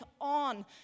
on